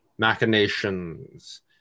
machinations